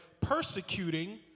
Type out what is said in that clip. persecuting